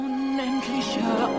Unendlicher